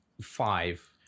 five